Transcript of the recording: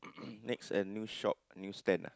next at news shop news stand ah